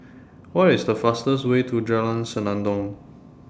What IS The fastest Way to Jalan Senandong